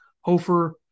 Hofer